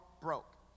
broke